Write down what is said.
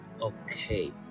Okay